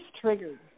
triggered